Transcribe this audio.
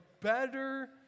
better